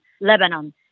Lebanon